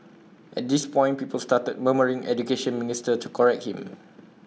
at this point people started murmuring Education Minister to correct him